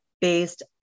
based